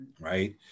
Right